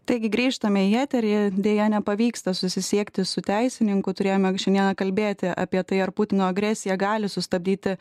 taigi grįžtame į eterį deja nepavyksta susisiekti su teisininku turėjome šiandieną kalbėti apie tai ar putino agresiją gali sustabdyti